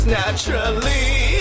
naturally